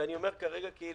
ואני אומר "כרגע" כי,